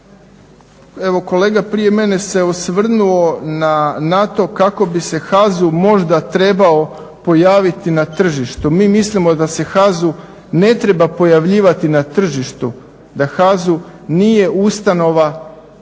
evo kolega prije mene se osvrnuo na to kako bi se HAZU možda trebao pojaviti na tržištu. Mi mislimo da se HAZU ne treba pojavljivati na tržištu, da HAZU nije ustanova koja